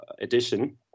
edition